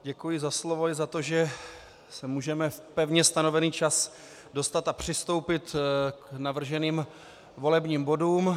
Děkuji za slovo i za to, že se můžeme v pevně stanovený čas dostat a přistoupit k navrženým volebním bodům.